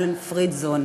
אלן פרידזון.